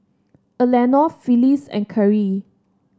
Elenore Phillis and Kerrie